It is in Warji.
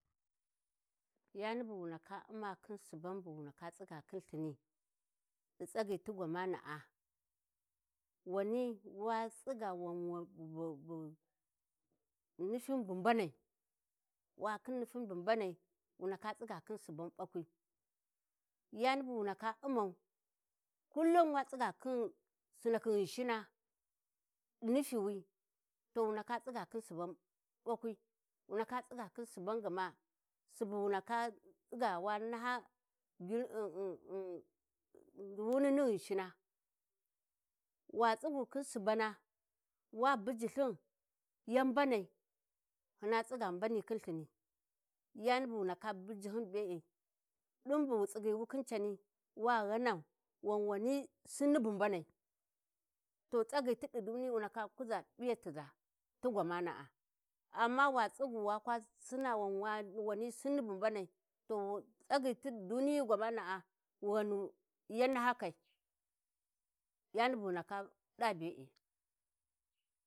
﻿Yani bu wu ndaka u'ma khin Suban Subu wu ndaka tsiga khin Lthini. Ɗi tsaghi ti gwamana'a wani watsiga "wan wan wan bu" bu nifin bu mbanai, wa khin nifin bu mbanai wu ndaka tsiga khin Suban ɓakwi. Yani bu wu ndaka u'mau, Kullum wa tsiga khin Sinna khi Ghinshina, ɗi nifiwi to wu ndaka tsiga khin Suban ɓakwi, wu ndaka tsiga khin Suban gma subu wu ndaka tsiga wa naha "gir um um" duwuni ni Ghinishina. Wa tsigu khin Subana wa bujji Lthin yan mbanai, hyina tsiga mbani khin Lthini. Yani bu ghi ndaka bujji hyun be e, Ɗin bu wutsighiwu khin Cani, wa ghanau wan wani sinni bu mbanai. To tsaghi ti ɗi duniyi wu ndaka Kurza p'iyati ʒa, Tu gwamana-a. Amma wa tsigu wan wa kwa sinna wani Sinni bu mbanai, to wantsagi ti ɗi duniyi gwamana'a, wu ghanu yan nahakai, yani bu ghi ndaka ɗa be'e.